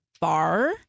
Bar